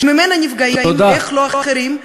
שממנה נפגעים לא אחרים,